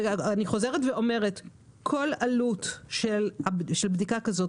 אני חוזרת ואומרת שכל עלות של בדיקה כזאת